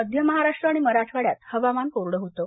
मध्य महाराष्ट्र आणि मराठवाड्यात हवामान कोरडं होतं